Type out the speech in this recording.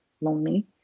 lonely